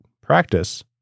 practice